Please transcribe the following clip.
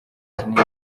kinini